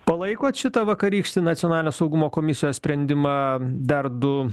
palaikot šitą vakarykštį nacionalinio saugumo komisijos sprendimą dar du